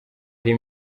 ari